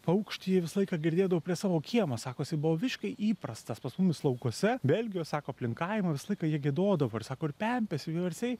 paukštį visą laiką girdėdavau prie savo kiemo sako jisai buvo visiškai įprastas pas mumis laukuose belgijoj sako aplink kaimą visą laiką jie giedodavo ir sako ir pempės ir vieversiai